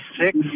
six